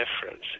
difference